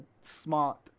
smart